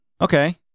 Okay